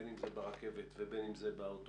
בין אם ברכבת ובין אם באוטובוסים,